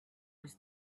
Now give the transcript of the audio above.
was